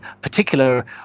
particular